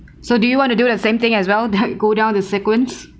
so do you want to do the same thing as well go down the sequence